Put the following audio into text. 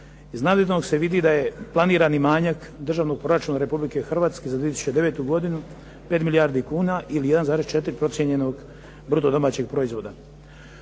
navedenog se vidi da je planirani manjak Državnog proračuna Republike Hrvatske za 2009. godinu 5 milijardi kuna ili 1,4 procijenjenog bruto domaćeg proizvoda.